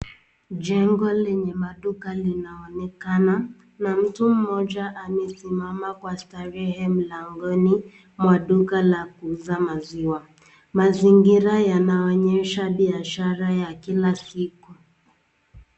Jengo lenye maduka linaonekana na mtu mmoja amesimama kwa starehe mlangoni mwa duka la kuuza maziwa. Mazingira yanaonyesha biashara ya kila siku.